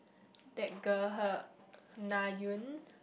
that girl her Na-Eun